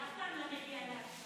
הוא אף פעם לא מגיע להצבעות.